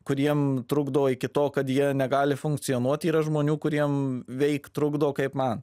kuriem trukdo iki to kad jie negali funkcionuot yra žmonių kuriem veikt trukdo kaip man